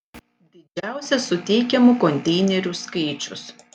didžiausias suteikiamų konteinerių skaičius